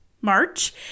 March